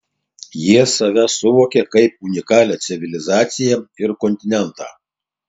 jie save suvokia kaip unikalią civilizaciją ir kontinentą